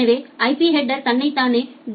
எனவே IP header தன்னை தானே டி